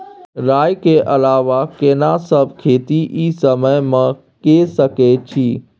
राई के अलावा केना सब खेती इ समय म के सकैछी?